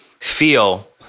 feel